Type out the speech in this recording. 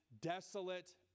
desolate